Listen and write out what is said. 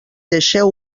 deixeu